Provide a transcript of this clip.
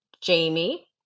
Jamie